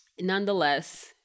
Nonetheless